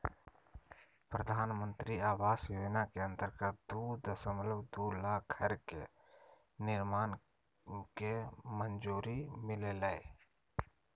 प्रधानमंत्री आवास योजना के अंतर्गत दू दशमलब दू लाख घर के निर्माण के मंजूरी मिललय